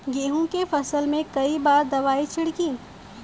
गेहूँ के फसल मे कई बार दवाई छिड़की?